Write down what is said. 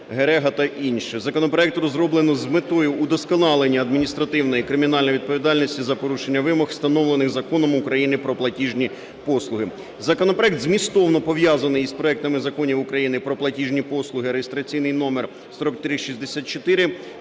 Законопроект розроблено з метою удосконалення адміністративної і кримінальної відповідальності за порушення вимог, встановлених Законом України "Про платіжні послуги". Законопроект змістовно пов'язаний із проектами законів України: про платіжні послуги (реєстраційний номер 4364)